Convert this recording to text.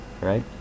right